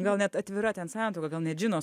gal net atvira ten santuoka gal net žino